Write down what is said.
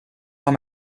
dans